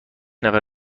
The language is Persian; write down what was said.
نفر